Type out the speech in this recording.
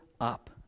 up